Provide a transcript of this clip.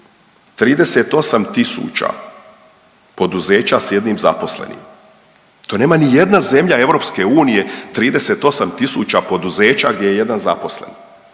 38.000 poduzeća s 1 zaposlenim. To nema ni jedna zemlja EU 38.000 poduzeća gdje je 1 zaposleni.